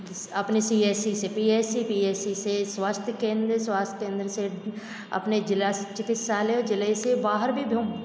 अपने C H C से P H C से स्वास्थ केंद्र से अपने जिला चिकित्सालय और जिले से बाहर भी भेज